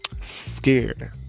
Scared